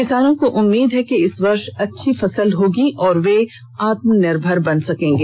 किसानों को उम्मीद है कि इस वर्ष अच्छी फसल प्राप्त होगी और वे आत्मनिर्भर बन सकेंगे